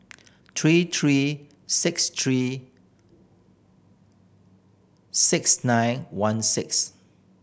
three three six three six nine one six